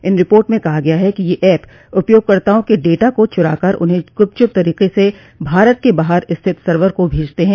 इन report में कहा गया है कि ये एप उपयोगकर्ताओं के डेटा को चुराकर उन्हें गुपचुप तरीके से भारत के बाहर स्थित सर्वर को भेजते हैं